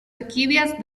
orquídeas